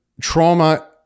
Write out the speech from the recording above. trauma